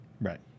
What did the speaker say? right